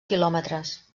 quilòmetres